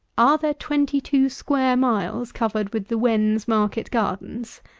are there twenty-two square miles covered with the wen's market gardens?